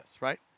right